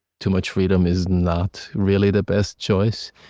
too much freedom is not really the best choice,